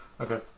Okay